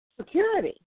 security